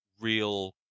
real